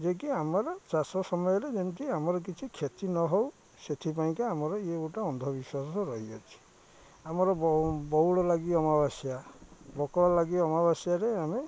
ଯେକି ଆମର ଚାଷ ସମୟରେ ଯେମିତି ଆମର କିଛି କ୍ଷତି ନ ହଉ ସେଥିପାଇଁକା ଆମର ଇଏ ଗୋଟେ ଅନ୍ଧବିଶ୍ୱାସ ରହିଅଛି ଆମର ବଉ ବଉଳ ଲାଗି ଅମାବାସ୍ୟା ବକଳ ଲାଗି ଅମାବାସ୍ୟାରେ ଆମେ